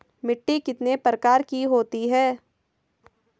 मिट्टी कितने प्रकार की होती हैं?